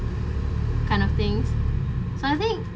kind of things so I think